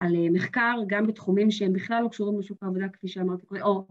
‫על מחקר, גם בתחומים שהם בכלל ‫לא קשורים לשוק העבודה, כפי שאמרתי.